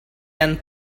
and